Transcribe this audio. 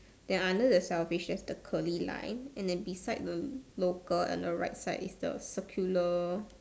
then under the shellfish you have the curly line then beside the local and the right side is the circular